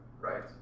right